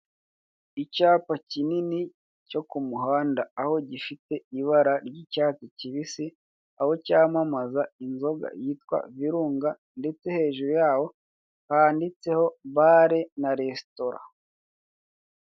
Icyapa kinini cyo kumuhanda, aho gifite ibara ry'icyatsi kibisi, aho cyamamaza inzoga yitwa virunga ndetse hejuru hayo handitseho bare na resitora.